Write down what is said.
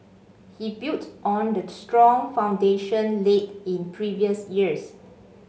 he built on the strong foundation laid in previous years